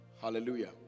Hallelujah